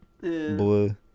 Blue